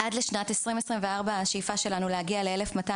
עד לשנת 2024 יש לנו שאיפה להגיע ל-1,200